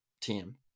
team